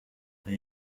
ari